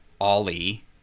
ollie